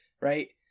Right